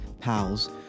PALS